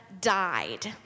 died